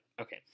Okay